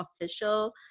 official